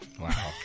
Wow